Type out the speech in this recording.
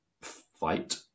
fight